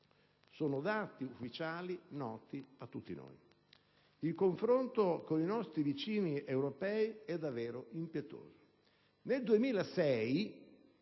Sono dati ufficiali noti a tutti noi. Il confronto con i nostri vicini europei è davvero impietoso. Nel 2006